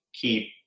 keep